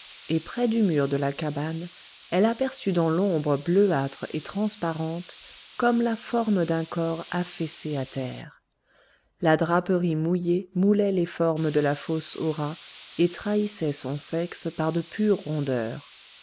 et près du mur de la cabane elle aperçut dans l'ombre bleuâtre et transparente comme la forme d'un corps affaissé à terre la draperie mouillée moulait les formes de la fausse hora et trahissait son sexe par de pures rondeurs